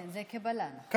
כן, זו קבלה, נכון?